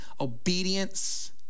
Obedience